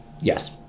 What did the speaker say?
Yes